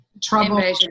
trouble